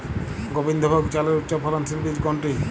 গোবিন্দভোগ চালের উচ্চফলনশীল বীজ কোনটি?